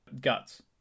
guts